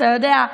אתה יודע,